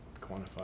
quantify